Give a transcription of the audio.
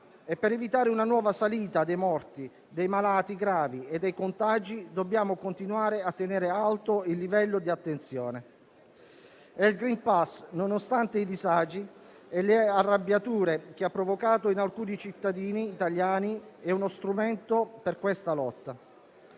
e, per evitare una nuova salita dei morti, dei malati gravi e dei contagi, dobbiamo continuare a tenere alto il livello di attenzione. E il *green pass,* nonostante i disagi e le arrabbiature che ha provocato in alcuni cittadini italiani, è uno strumento per questa lotta.